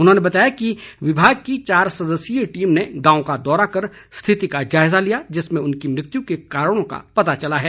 उन्होंने बताया कि विभाग की चार सदस्य टीम ने गांव का दौरा कर स्थिति का जायजा लिया जिसमें उनकी मृत्यु के कारणों का पता चला है